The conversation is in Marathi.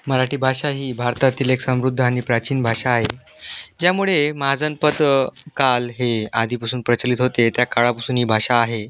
मराठी भाषा ही भारतातील एक समृद्ध आणि प्राचीन भाषा आहे ज्यामुळे महाजनपद काल हे आधीपासून प्रचलित होते त्या काळापासून ही भाषा आहे